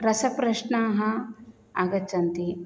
रसप्रश्नाः आगच्छन्ति